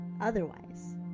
Otherwise